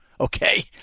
okay